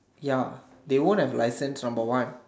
ya they won't have license number one